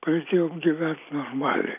pradėjom gyvent normaliai